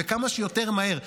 וכמה שיותר מהר.